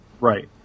Right